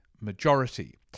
majority